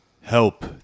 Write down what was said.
help